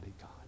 God